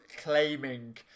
claiming